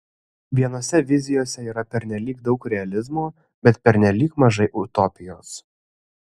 vienose vizijose yra pernelyg daug realizmo bet pernelyg mažai utopijos